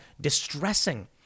distressing